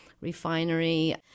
refinery